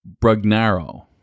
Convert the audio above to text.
Brugnaro